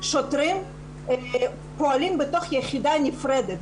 שוטרים פועלים בתוך יחידה נפרדת,